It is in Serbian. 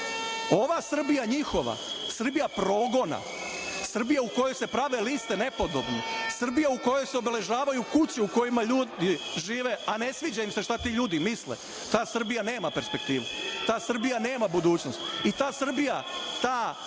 Srbija njihova, Srbija progona, Srbija u kojoj se prave liste nepodobnih, Srbija u kojoj se obeležavaju kuće u kojima ljudi žive, a ne sviđa im se šta ti ljudi misle, ta Srbija nema perspektivu, ta Srbija nema budućnost i ta Srbija, ta